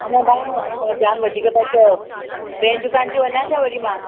न भाउ तव्हां जामु वधीक था चओ ॿियनि दुकान ते वञा छा वरी मां